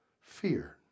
Fear